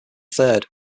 third